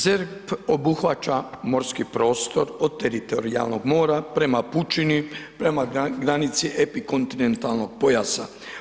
ZERP obuhvaća morski prostor od teritorijalnog mora prema pučini, prema granici epikontinentalnog pojasa.